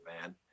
man